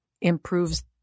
improves